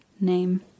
name